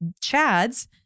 Chad's